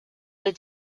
les